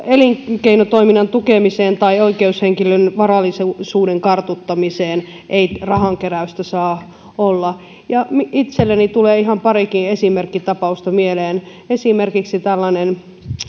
elinkeinotoiminnan tukemiseen tai oikeushenkilön varallisuuden kartuttamiseen ei rahankeräystä saa olla itselleni tulee ihan parikin esimerkkitapausta mieleen esimerkiksi